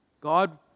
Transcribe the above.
God